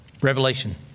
Revelation